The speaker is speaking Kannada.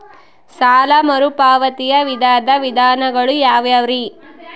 ಸಾಲ ಮರುಪಾವತಿಯ ವಿವಿಧ ವಿಧಾನಗಳು ಯಾವ್ಯಾವುರಿ?